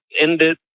ended